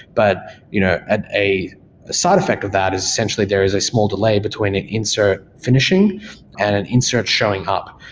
but you know a a side effect of that is essentially there is a small delay between an insert finishing and an insert showing up,